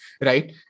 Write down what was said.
right